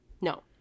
No